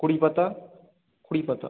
কুড়ি পাতা কুড়ি পাতা